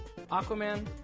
Aquaman